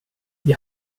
die